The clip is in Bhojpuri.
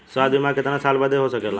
स्वास्थ्य बीमा कितना साल बदे हो सकेला?